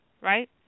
right